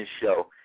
show